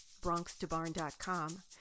bronxtobarn.com